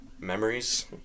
memories